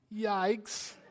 Yikes